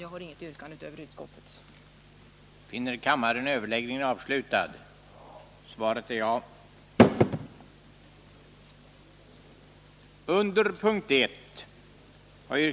Jag har inget yrkande utöver utskottets. Överläggningen var härmed avslutad.